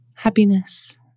happiness